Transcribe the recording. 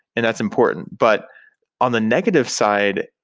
and that's important. but on the negative side,